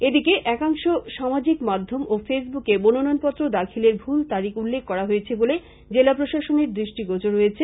এদিকে একাংশ সামাজিক মাধ্যম ও ফেসবুকে মনোনয়নপত্র দাখিলের ভুল তারিখ উল্লেখ করা হয়েছে বলে জেলা প্রশাসনের দৃষ্টিগোচর হয়েছে